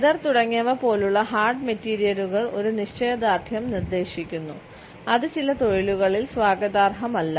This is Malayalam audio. ലെതർ തുടങ്ങിയവ പോലുള്ള ഹാർഡ് മെറ്റീരിയലുകൾ ഒരു നിശ്ചയദാർഢ്യം നിർദ്ദേശിക്കുന്നു അത് ചില തൊഴിലുകളിൽ സ്വാഗതാർഹമല്ല